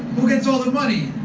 who gets all the money?